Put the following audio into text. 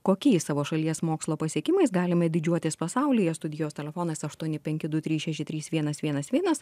kokiais savo šalies mokslo pasiekimais galime didžiuotis pasaulyje studijos telefonas aštuoni penki du trys šeši trys vienas vienas vienas